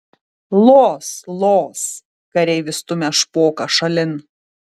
los los kareivis stumia špoką šalin